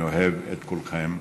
אני אוהב את כולכם,